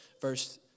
Verse